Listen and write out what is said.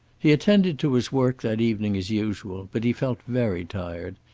he attended to his work that evening as usual, but he felt very tired,